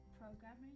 Programming